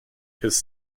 his